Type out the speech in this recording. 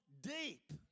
deep